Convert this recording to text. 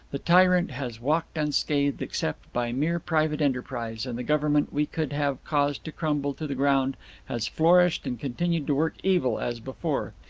the tyrant has walked unscathed except by mere private enterprise, and the government we could have caused to crumble to the ground has flourished and continued to work evil as before.